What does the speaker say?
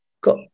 got